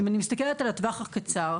אם אני מסתכלת על הטווח הקצר,